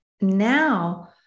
now